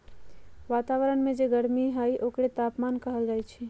वतावरन में जे गरमी हई ओकरे तापमान कहल जाई छई